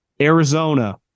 Arizona